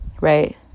right